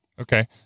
Okay